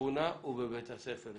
בשכונה ובבית הספר.